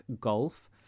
Gulf